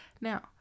now